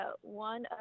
one